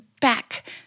back